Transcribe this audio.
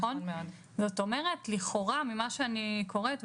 לכאורה ממה שאני קוראת,